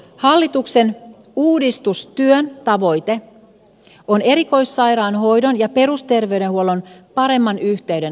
hallituksen uudistustyön tavoite on erikoissairaanhoidon ja perusterveydenhuollon paremman yhteyden aikaansaaminen